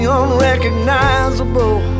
unrecognizable